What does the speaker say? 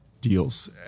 deals